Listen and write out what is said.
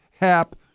Hap